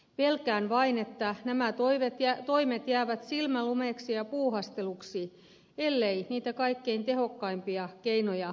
pelkään vain että nämä toimet jäävät silmänlumeeksi ja puuhasteluksi ellei niitä kaikkein tehokkaimpia keinoja oteta käyttöön